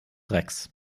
rex